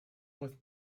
with